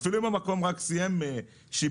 אפילו אם המקום רק סיים שיפוץ.